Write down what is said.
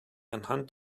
anhand